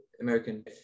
American